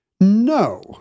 No